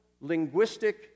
linguistic